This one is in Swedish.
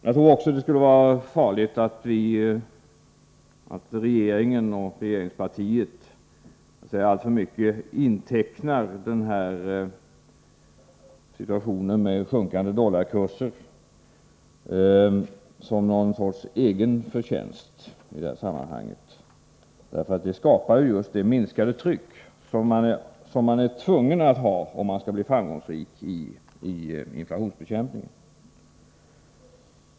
Jag tror också att det skulle vara farligt, om regeringen och regeringspartiet alltför mycket intecknade den här situationen med sjunkande dollarkurser som någon sorts egen förtjänst i sammanhanget. Det minskar nämligen just det tryck som man är tvungen att ha, om man skall bli framgångsrik i inflationsbekämpningen.